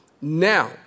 Now